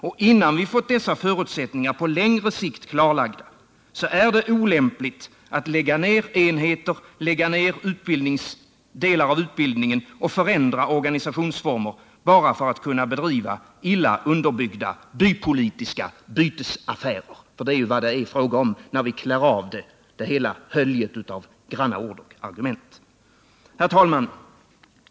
Och innan vi fått dessa förutsättningar på längre sikt klarlagda är det olämpligt att lägga ner enheter och delar av utbildningen och förändra organisationsformer bara för att kunna bedriva illa underbyggda bypolitiska bytesaffärer — för det är vad det hela är fråga om när vi klär av det höljet av granna ord och argument. Herr talman!